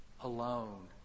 alone